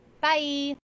Bye